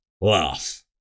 laugh